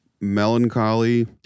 melancholy